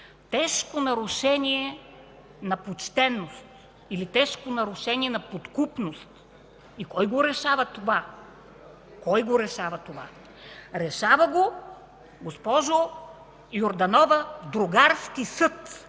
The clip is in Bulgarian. Тежко нарушение на почтеност, или тежко нарушение на подкупност, и кой го решава това? Кой го решава това?! Решава го, госпожо Йорданова, другарски съд